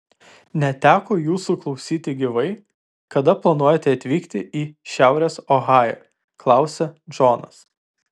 neteko jūsų klausyti gyvai kada planuojate atvykti į šiaurės ohają klausia džonas